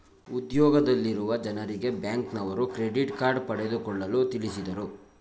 ಉದ್ಯೋಗದಲ್ಲಿರುವ ಜನರಿಗೆ ಬ್ಯಾಂಕ್ನವರು ಕ್ರೆಡಿಟ್ ಕಾರ್ಡ್ ಪಡೆದುಕೊಳ್ಳಲು ತಿಳಿಸಿದರು